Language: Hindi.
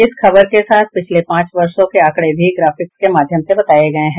इस खबर के साथ पिछले पांच वर्षो के आंकड़े भी ग्राफिक्स के माध्यम से बताये गये हैं